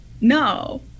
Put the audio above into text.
No